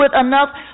enough